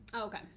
okay